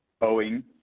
owing